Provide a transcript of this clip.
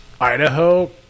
Idaho